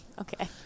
Okay